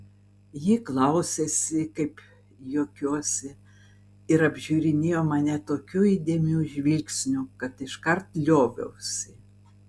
ji klausėsi kaip juokiuosi ir apžiūrinėjo mane tokiu įdėmiu žvilgsniu kad iškart lioviausi